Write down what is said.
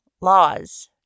laws